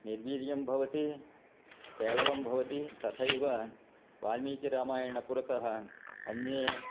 निर्वीर्यं भवति पेलवं भवति तथैव वाल्मीकिरामायणपुरतः अन्ये